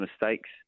mistakes